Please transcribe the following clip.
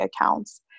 accounts